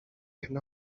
can